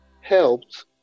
helped